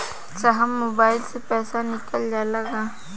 साहब मोबाइल से पैसा निकल जाला का?